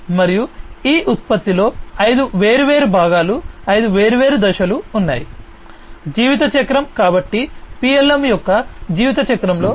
మరియు ఈ ఉత్పత్తిలో ఐదు వేర్వేరు భాగాలు ఐదు వేర్వేరు దశలు ఉన్నాయి జీవితచక్రం కాబట్టి PLM యొక్క జీవితచక్రంలో